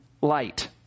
light